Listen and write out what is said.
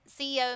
CEO